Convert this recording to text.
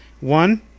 One